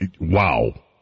wow